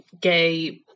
gay